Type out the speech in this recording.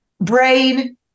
brain